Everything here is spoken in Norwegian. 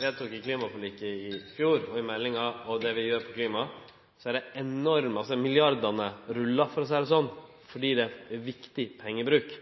vedtok i klimaforliket i fjor, og i meldinga og i det vi gjer på klima, så rullar milliardane – for å seie det slik – fordi det er viktig pengebruk.